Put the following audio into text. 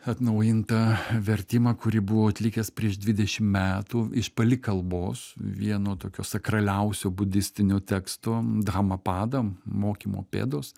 atnaujintą vertimą kurį buvau atlikęs prieš dvidešim metų iš pali kalbos vieno tokio sakraliausio budistinio teksto dama pada mokymo pėdos